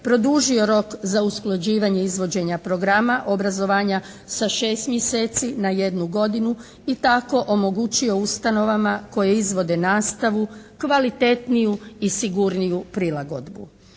produžio rok za usklađivanje izvođenja programa obrazovanja sa 6 mjeseci na jednu godinu i tako omogućio ustanovama koji izvode nastavu kvalitetniju i sigurniju prilagodbu.